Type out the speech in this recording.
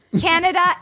Canada